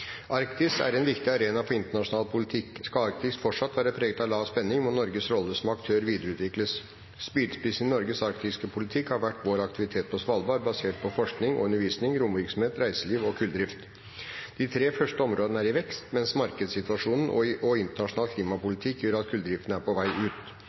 Arktis fortsatt være preget av lavspenning, må Norges rolle som aktør ikke bare opprettholdes, men videreutvikles i takt med det internasjonale samfunns strategiske interesser. Spydspissen i Norges arktiske politikk har vært vår aktivitet på Svalbard og i Longyearbyen basert på forskning og undervisning, romvirksomhet, reiseliv og kulldrift. De tre første områdene er i vekst, mens kulldriften nå er på vei ut